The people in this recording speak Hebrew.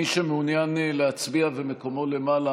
מי שמעוניין להצביע ומקומו למעלה,